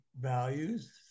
values